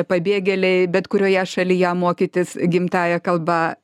pabėgėliai bet kurioje šalyje mokytis gimtąja kalba